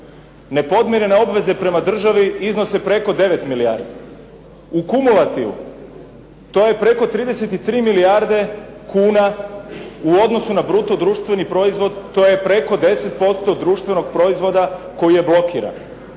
Nepodmirene obveze prema državi iznose preko 9 milijardi. U kumulativu to je preko 33 milijarde kuna u odnosu na bruto društveni proizvod to je preko 10% društvenog proizvoda koji je blokiran.